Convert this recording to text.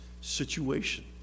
situation